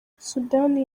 sudani